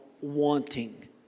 wanting